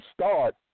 start